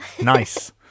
Nice